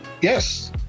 Yes